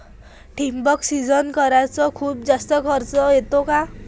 ठिबक सिंचन कराच खूप जास्त खर्च येतो का?